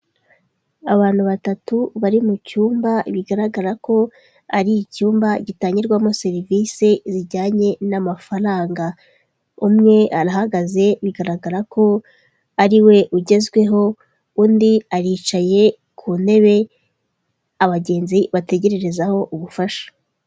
Abantu batatu bari mu cyumba bigaragara ko ari icyumba gitangirwamo serivisi zijyanye n'amafaranga, umwe arahagaze bigaragara ko ariwe ugezweho, undi aricaye ku ntebe abagenzi bategererezaho ubufasha.